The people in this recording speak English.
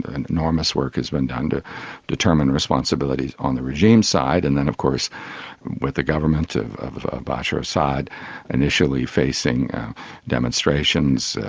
and enormous work has been done to determine responsibility on the regime side. and then of course with the government of of bashar assad initially facing demonstrations,